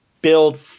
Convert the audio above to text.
build